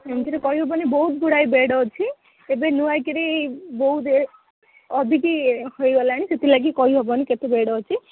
ଏମିତିରେ କହିହେବନି ବହୁତ ଗୁଡ଼ାଏ ବେଡ଼୍ ଅଛି ଏବେ ନୂଆକରି ବହୁତ ଅଧିକ ହୋଇଗଲାଣି ସେଥିଲାଗି କହିହେବନି କେତେ ବେଡ୍ ଅଛି